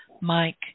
Mike